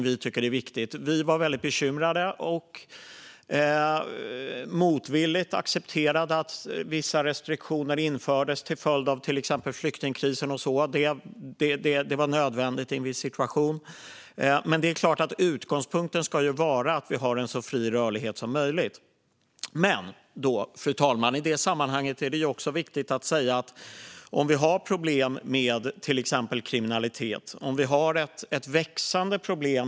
Vi var väldigt bekymrade när vissa restriktioner infördes till följd av till exempel flyktingkrisen. Det var något vi motvilligt accepterade för att det var nödvändigt i en viss situation. Men det är klart att utgångspunkten är att vi ska ha en så fri rörlighet som möjligt. Fru talman! Vi har ett växande problem med kriminalitet i Sverige.